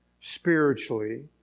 spiritually